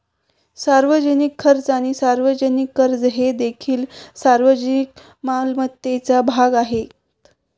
सार्वजनिक खर्च आणि सार्वजनिक कर्ज हे देखील सार्वजनिक मालमत्तेचा भाग आहेत